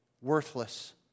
worthless